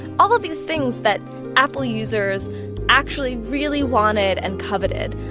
all of these things that apple users actually really wanted and coveted.